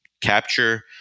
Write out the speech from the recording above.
capture